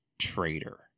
traitor